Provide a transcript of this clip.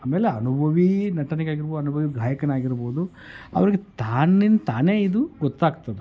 ಆಮೇಲೆ ಅನುಭವಿ ನಟನೆಗಾಗಿರ್ಬೋದು ಅನುಭವಿ ಗಾಯಕನಾಗಿರ್ಬೋದು ಅವರಿಗೆ ತನ್ನಿಂದ ತಾನೇ ಇದು ಗೊತ್ತಾಗ್ತದೆ